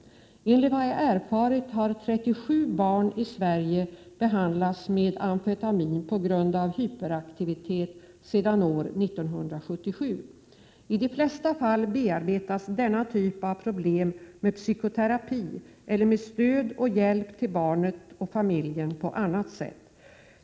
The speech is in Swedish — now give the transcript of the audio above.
Enligt vad jag erfarit har 37 barn i Sverige behandlats med amfetamin på grund av hyperaktivitet sedan år 1977. I de flesta fall bearbetas denna typ av problem med psykoterapi eller med stöd och hjälp till barnet och familjen på annat sätt.